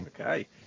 Okay